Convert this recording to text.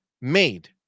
made